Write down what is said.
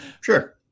sure